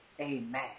Amen